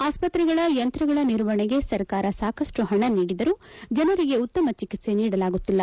ಆಸ್ಪತ್ರೆಗಳ ಯಂತ್ರಗಳ ನಿರ್ವಹಣೆಗೆ ಸರಕಾರ ಸಾಕಷ್ಟು ಹಣ ನೀಡಿದರೂ ಜನರಿಗೆ ಉತ್ತಮ ಚಿಕಿತ್ಲೆ ನೀಡಲಾಗುತ್ತಿಲ್ಲ